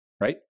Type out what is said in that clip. right